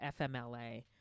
FMLA